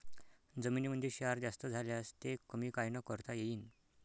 जमीनीमंदी क्षार जास्त झाल्यास ते कमी कायनं करता येईन?